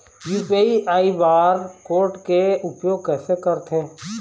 UPI bar code के उपयोग कैसे करथें?